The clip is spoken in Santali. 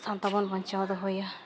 ᱥᱟᱶᱛᱟ ᱵᱚᱱ ᱵᱟᱧᱪᱟᱣ ᱫᱚᱦᱚᱭᱟ